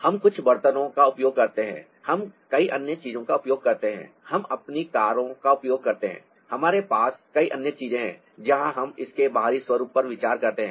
हम कुछ बर्तनों का उपयोग करते हैं हम कई अन्य चीजों का उपयोग करते हैं हम अपनी कारों का उपयोग करते हैं हमारे पास कई अन्य चीजें हैं जहां हम इसके बाहरी स्वरूप पर विचार करते हैं